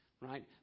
right